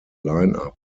lineup